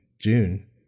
June